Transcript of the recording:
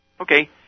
Okay